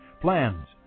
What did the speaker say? PLANS